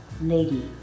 lady